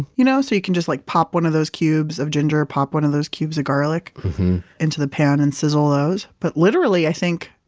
you know so, you can just like pop one of those cubes of ginger, pop one of those cubes of garlic into the pan and sizzle those. but literally i think,